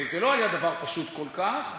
זה לא היה דבר פשוט כל כך,